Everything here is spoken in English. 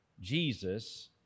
Jesus